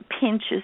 pinches